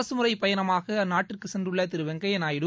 அரசுமுறை பயணமாக அந்நாட்டிற்கு சென்றுள்ள திரு வெங்கப்யா நாயுடு